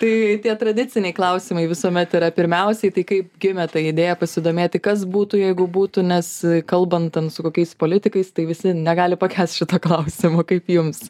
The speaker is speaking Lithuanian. tai tie tradiciniai klausimai visuomet yra pirmiausiai tai kaip gimė ta idėja pasidomėti kas būtų jeigu būtų nes kalbant ten su kokiais politikais tai visi negali pakęst šito klausimo kaip jums